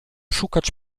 szukać